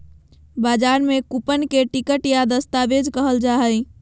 बजार में कूपन के टिकट या दस्तावेज कहल जा हइ